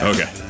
Okay